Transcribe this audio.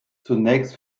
zunächst